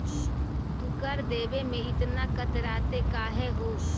तू कर देवे में इतना कतराते काहे हु